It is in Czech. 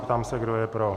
Ptám se, kdo je pro.